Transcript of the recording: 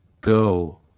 go